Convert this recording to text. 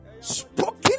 spoken